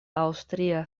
aŭstria